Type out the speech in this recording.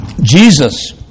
Jesus